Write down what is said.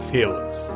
Fearless